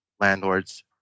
landlords